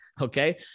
Okay